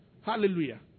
Hallelujah